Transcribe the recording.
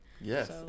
Yes